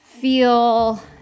Feel